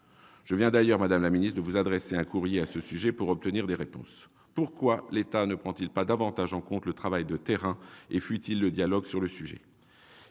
Je viens d'ailleurs de vous adresser un courrier à ce sujet, madame la ministre, pour obtenir des réponses. Pourquoi l'État ne prend-il pas davantage en compte le travail de terrain et fuit-il le dialogue sur le sujet ?